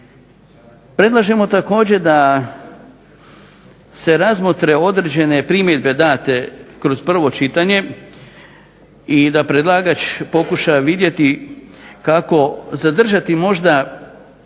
Predlažemo također da se razmotre određene primjedbe date kroz prvo čitanje i da predlagač pokuša vidjeti kako zadržati možda